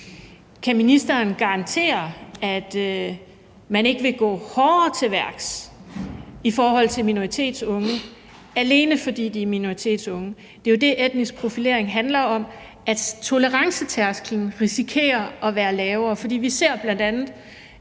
Kan ministeren garantere, at man ikke vil gå hårdere til værks i forhold til minoritetsunge, alene fordi de er minoritetsunge? Det er jo det, etnisk profilering handler om: at tolerancetærsklen risikerer at være lavere. Vi ser bl.a., at det